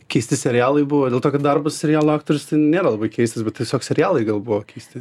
keisti serialai buvo dėl to kad darbas serialo aktorius nėra labai keistas bet tiesiog serialai gal buvo keisti